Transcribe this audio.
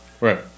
Right